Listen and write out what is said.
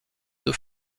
deux